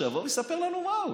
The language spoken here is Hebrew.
שיבוא ויספר לנו מה הוא.